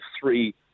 three